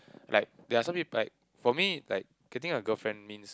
like there're some people like for me like getting a girlfriend means